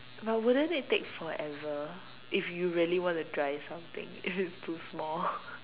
but wouldn't it take forever if you really wanna dry something if it's too small